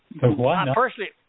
Personally